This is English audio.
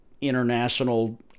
international